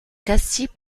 castille